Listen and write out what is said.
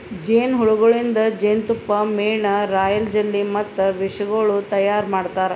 ಜೇನು ಹುಳಗೊಳಿಂದ್ ಜೇನತುಪ್ಪ, ಮೇಣ, ರಾಯಲ್ ಜೆಲ್ಲಿ ಮತ್ತ ವಿಷಗೊಳ್ ತೈಯಾರ್ ಮಾಡ್ತಾರ